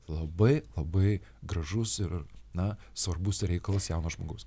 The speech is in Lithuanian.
labai labai gražus ir na svarbus reikalas jaunas žmogus